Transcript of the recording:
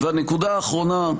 והנקודה האחרונה,